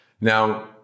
Now